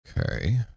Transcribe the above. Okay